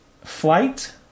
Flight